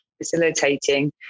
facilitating